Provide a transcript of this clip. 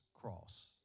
cross